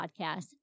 podcast